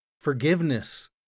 forgiveness